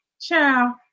ciao